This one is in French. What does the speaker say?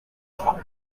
trois